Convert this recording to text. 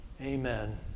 amen